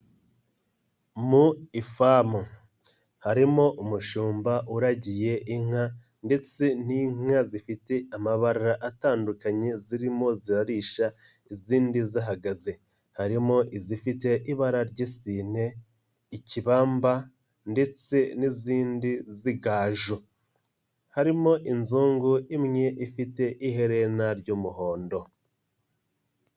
Mu ifamu, harimo umushumba uragiye inka ndetse n'inka zifite amabara atandukanye zirimo zirarisha izindi zihagaze. Harimo izifite ibara ry'isine, ikibamba ndetse n'izindi z'igaju. Harimo inzungu imwe ifite iherena ry'umuhondo.